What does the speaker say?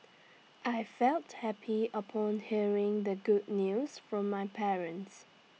I felt happy upon hearing the good news from my parents